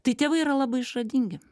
tai tėvai yra labai išradingi